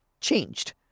changed